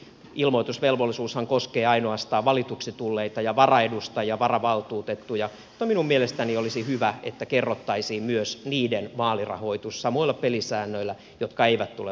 ilmoitusvelvollisuushan koskee ainoastaan valituksi tulleita ja varaedustajia varavaltuutettuja mutta minun mielestäni olisi hyvä että kerrottaisiin samoilla pelisäännöillä myös niiden vaalirahoitus jotka eivät tule valituiksi